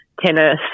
tennis